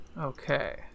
Okay